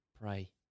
Pray